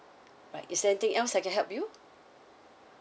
right is there anything else I can help you